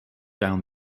down